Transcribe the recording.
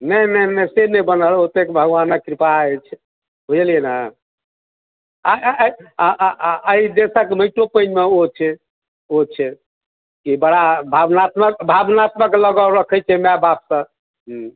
नहि नहि नहि से नहि बनाउ ओते भगवानक कृपा अछि बुझलियै ने आ एहि देशक माटि पानिमे ओ छै ओ छै की बड़ा भावनात्मक भावनात्मक लगाव रखैत छै माय बापसंँ